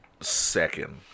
second